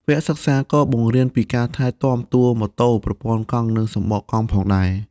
វគ្គសិក្សាក៏បង្រៀនពីការថែទាំតួរម៉ូតូ ប្រព័ន្ធកង់ និងសំបកកង់ផងដែរ។